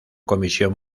comisión